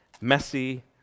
messy